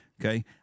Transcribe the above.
Okay